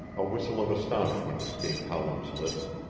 a whistle of astonishment escaped howland's lips.